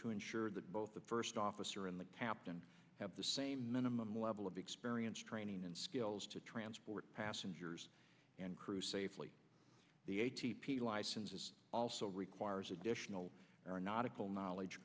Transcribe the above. to ensure that both the first officer in the captain have the same minimum level of experience training and skills to transport passengers and crew safely the a t p license is also requires additional aeronautical knowledge